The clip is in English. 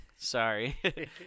Sorry